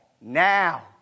Now